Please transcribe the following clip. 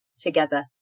together